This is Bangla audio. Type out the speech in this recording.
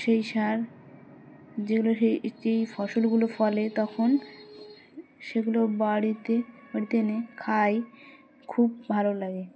সেই সার যেগুলো সেই যেই ফসলগুলো ফলে তখন সেগুলো বাড়িতে বাড়িতে এনে খাই খুব ভালো লাগে